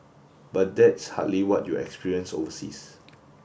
but that's hardly what you experience overseas